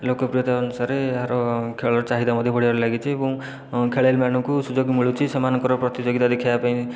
ଲୋକପ୍ରିୟତା ଅନୁସାରେ ଏହାର ଖେଳର ଚାହିଦା ମଧ୍ୟ ବଢ଼ିବାରେ ଲାଗିଛି ଏବଂ ଖେଳାଳୀମାନଙ୍କୁ ସୁଯୋଗ ମିଳୁଛି ସମାନଙ୍କର ପ୍ରତିଯୋଗିତା ଦେଖେଇବା ପାଇଁ